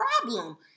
problem